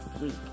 week